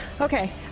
Okay